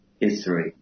History